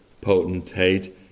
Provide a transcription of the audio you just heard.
potentate